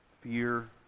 fear